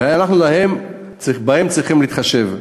ואנחנו צריכים להתחשב בהם.